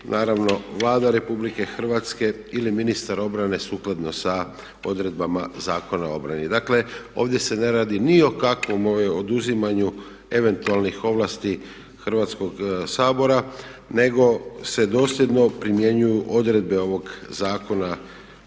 naravno Vlada RH ili ministar obrane sukladno sa odredbama Zakona o obrani. Dakle, ovdje se ne radi ni o kakvom oduzimanju eventualnih ovlasti Hrvatskog sabora nego se dosljedno primjenjuju odredbe ovog Zakona